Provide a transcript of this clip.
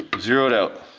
but zeroed out.